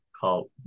called